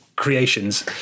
Creations